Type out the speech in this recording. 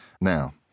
Now